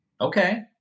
Okay